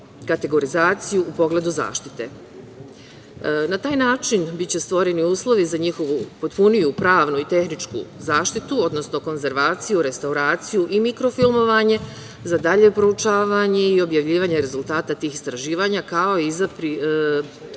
kategorizaciju u pogledu zaštite. Na taj način biće stvoreni uslovi za njihovu potpuniju pravnu i tehničku zaštitu, odnosno konzervaciju, restauraciju i mikrofilmovanje, za dalje proučavanje i objavljivanje rezultata tih istraživanja, kao i za priređivanje